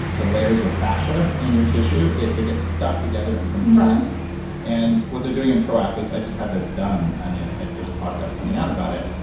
the layers of fascia in your tissue, they they get stuck together and compressed and what they're doing in pro athletes, i just had this done and ah ah there's a podcast coming out about it,